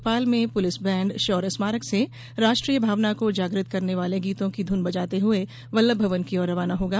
भोपाल में police band शौर्य स्मारक से राष्ट्रीय भावना को जागृत करने वाले गीतों की ध्न बजाते हए वल्लभ भवन की ओर रवाना होगा